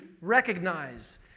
recognize